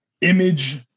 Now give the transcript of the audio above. image-